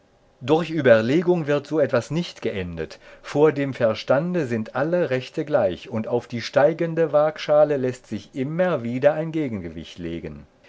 durch überlegung wird so etwas nicht geendet vor dem verstande sind alle rechte gleich und auf die steigende waagschale läßt sich immer wieder ein gegengewicht legen